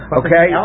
okay